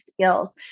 skills